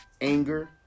Anger